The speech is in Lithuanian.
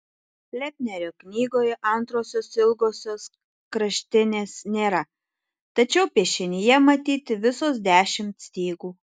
lepnerio knygoje antrosios ilgosios kraštinės nėra tačiau piešinyje matyti visos dešimt stygų